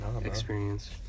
experience